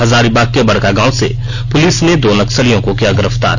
हजारीबाग के बड़कागांव से पुलिस ने दो नक्सलियों को किया गिरफ्तार